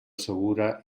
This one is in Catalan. segura